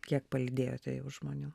kiek palydėjote jau žmonių